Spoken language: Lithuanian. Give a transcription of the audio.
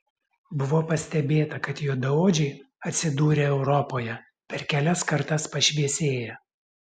buvo pastebėta kad juodaodžiai atsidūrę europoje per kelias kartas pašviesėja